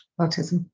autism